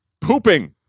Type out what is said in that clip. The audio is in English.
Pooping